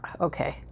okay